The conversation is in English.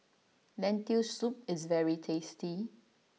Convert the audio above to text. Lentil Soup is very tasty